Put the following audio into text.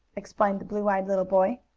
explained the blue-eyed little boy.